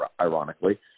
ironically